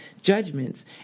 judgments